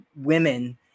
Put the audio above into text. women